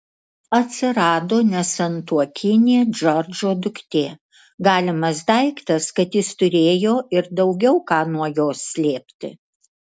atsirado nesantuokinė džordžo duktė galimas daiktas kad jis turėjo ir daugiau ką nuo jos slėpti